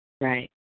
Right